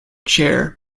chair